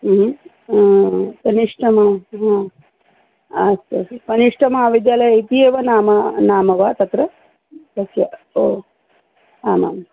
कनिष्ठः मा हा अस्तु कनिष्ठमहाविद्यालये इति एव नाम नाम वा तत्र तस्य ओ आमाम्